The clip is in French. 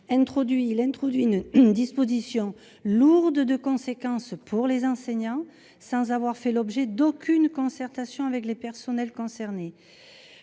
Il introduit une disposition lourde de conséquences pour les enseignants, sans avoir fait l'objet d'aucune concertation avec les personnels concernés.